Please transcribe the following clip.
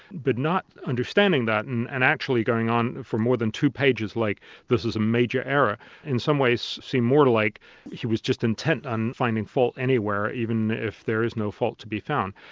but not understanding that and and actually going on for more than two pages like this is a major error in some ways seemed more like he was just intent on finding fault anywhere, even if there is no fault to be found.